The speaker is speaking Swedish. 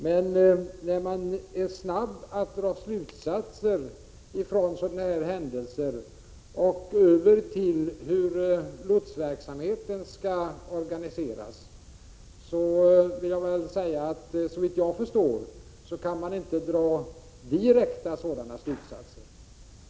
Det är lätt att vilja dra snabba slutsatser från en sådan här händelse till hur lotsverksamheten skall organiseras, men såvitt jag förstår kan man inte dra sådana direkta slutsatser.